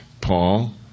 Paul